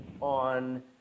on